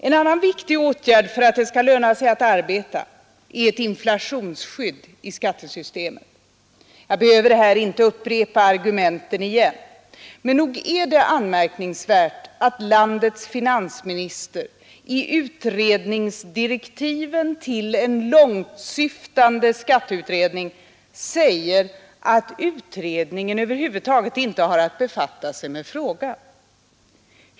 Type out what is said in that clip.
En annan viktig åtgärd för att det skall löna sig att arbeta är att införa ett inflationsskydd i skattesystemet. Jag behöver här inte upprepa argumenten för det, men nog är det anmärkningsvärt att landets finansminister i utredningsdirektiven till en långt syftande skatteutredning säger att utredningen över huvud taget inte har att befatta sig med frågan.